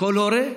לכל הורה,